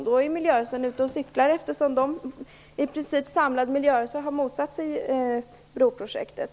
I så fall är miljörörelsen ute och cyklar, eftersom en i princip samlad miljörörelse har motsatt sig broprojektet.